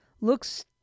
looks